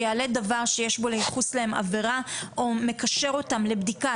שיעלה דבר שיש בו לייחוס להם עבירה או מקשר אותם לבדיקה,